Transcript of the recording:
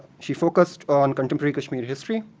she focused on contemporary kashmiri history.